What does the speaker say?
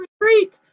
retreat